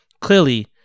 clearly